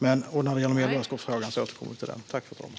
Medborgarskapsfrågan får vi återkomma till.